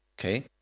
Okay